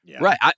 Right